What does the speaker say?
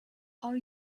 are